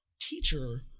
teacher